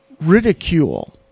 ridicule